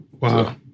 Wow